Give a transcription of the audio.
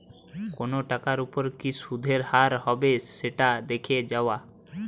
কোনো টাকার ওপর কি সুধের হার হবে সেটা দেখে যাওয়া